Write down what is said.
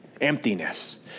emptiness